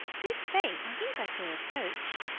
good faith, i think i saw a coach.